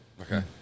Okay